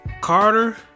Carter